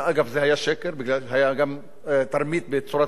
היתה גם תרמית בצורת החישוב של האבטלה,